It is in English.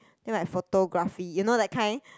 then like photography you know that kind